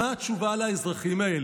מה התשובה לאזרחים האלה?